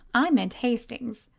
i meant hastings.